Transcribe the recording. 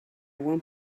won’t